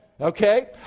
Okay